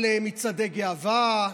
על מצעדי גאווה,